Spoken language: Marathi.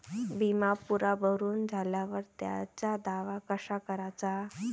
बिमा पुरा भरून झाल्यावर त्याचा दावा कसा कराचा?